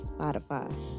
Spotify